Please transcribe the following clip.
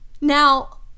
now